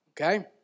Okay